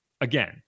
again